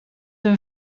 een